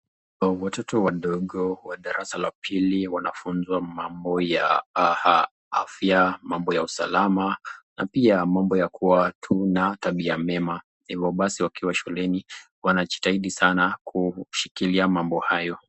Watoto wadogo wa darasa la tatu wanfunzwa mambo ya usalama, mambo ya afya ama mambo ya kuwa na tabia mema, hivo basi wakiwa shuleni wanajitahidi sana kushikilia mambo hayo.